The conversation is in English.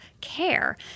care